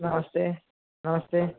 नमस्ते नमस्ते